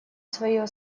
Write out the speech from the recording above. свое